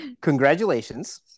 congratulations